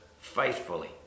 faithfully